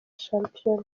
shampiyona